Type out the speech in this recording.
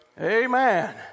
Amen